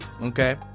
okay